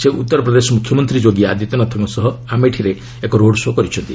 ସେ ଉତ୍ତରପ୍ରଦେଶ ମ୍ରଖ୍ୟମନ୍ତ୍ରୀ ଯୋଗୀ ଆଦିତ୍ୟନାଥଙ୍କ ସହ ଆମେଠିରେ ଏକ ରୋଡ୍ ଶୋ' କରିଛନ୍ତି